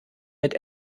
mit